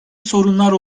sorunlar